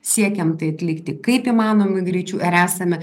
siekiam tai atlikti kaip įmanoma greičiau ir esame